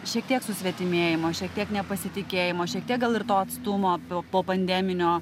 šiek tiek susvetimėjimo šiek tiek nepasitikėjimo šiek tiek gal ir to atstumo po popandeminio